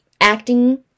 Acting